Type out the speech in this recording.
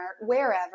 wherever